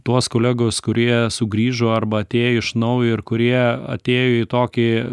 tuos kolegos kurie sugrįžo arba atėjo iš naujo ir kurie atėjo į tokį